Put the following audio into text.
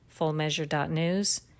fullmeasure.news